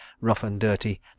rough-and-dirty